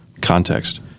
context